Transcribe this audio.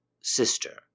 sister